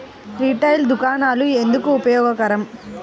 Retail దుకాణాలు ఎందుకు ఉపయోగకరం?